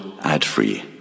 ad-free